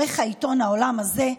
עורך העיתון העולם הזה,